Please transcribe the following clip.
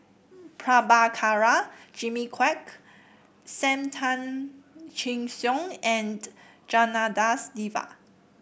Prabhakara Jimmy Quek Sam Tan Chin Siong and Janadas Devan